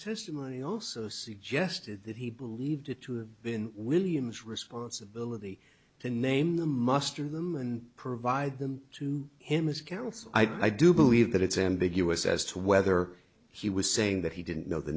testimony also suggested that he believed it to have been william's responsibility to name the muster them and provide them to him as counsel i do believe that it's ambiguous as to whether he was saying that he didn't know the